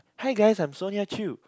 hi guys I'm Sonia Chew